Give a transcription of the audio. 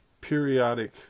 periodic